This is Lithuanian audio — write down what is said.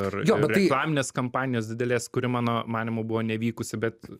ir reklaminės kampanijos didelės kuri mano manymu buvo nevykusi bet